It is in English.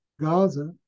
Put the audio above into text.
Gaza